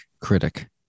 critic